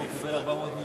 כנסת נכבדה,